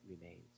remains